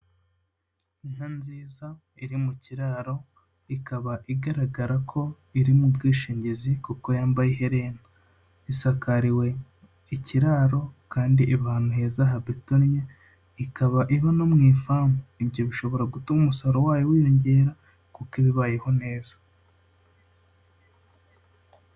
Inka nziza, iri mu kiraro, ikaba igaragara ko iri mu bwishingizi, kuko yambaye ihelena, isakariwe ikiraro kandi ahantu heza habetonye, ikaba iba no mu ifamu, ibyo bishobora gutuma umusaruro wayo wiyongera kuko iba ibayeho neza.